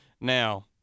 Now